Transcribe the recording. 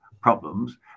problems